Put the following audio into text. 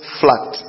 flat